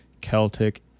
celtic